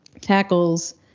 tackles